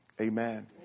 Amen